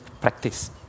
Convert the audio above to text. practice